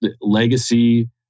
legacy